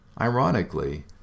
Ironically